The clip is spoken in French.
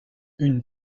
une